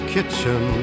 Kitchen